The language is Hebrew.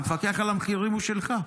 המפקח על המחירים הוא שלך.